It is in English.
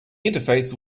interface